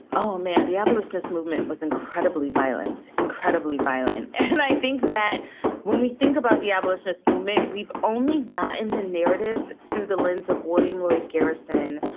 oh, man. the abolitionist movement was incredibly violent, incredibly violent. and i think that when we think about the abolitionist movement, we've only got in the narrative through the lens of william lloyd garrison,